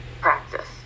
practice